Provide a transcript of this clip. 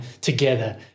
together